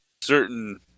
certain